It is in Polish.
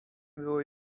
były